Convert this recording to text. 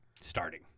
Starting